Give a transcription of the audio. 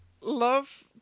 love